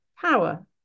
power